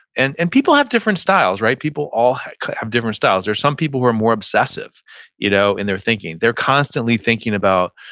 and and people have different styles, right? people all have have different styles. there's some people who are more obsessive you know in their thinking. they're constantly thinking about,